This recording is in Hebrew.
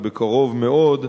ובקרוב מאוד,